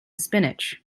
spinach